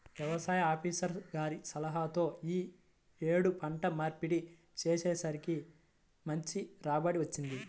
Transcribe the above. యవసాయ ఆపీసర్ గారి సలహాతో యీ యేడు పంట మార్పిడి చేసేసరికి మంచి రాబడి వచ్చింది